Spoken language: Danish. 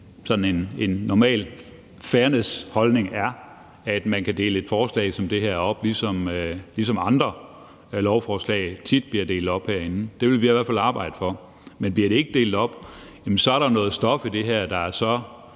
en normal fairness-holdning er, at man kan dele et forslag som det her op, ligesom andre lovforslag tit bliver delt op herinde. Det vil vi i hvert fald arbejde for. Men bliver det ikke delt op, er der noget stof i det her, der er så